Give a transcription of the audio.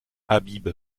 habib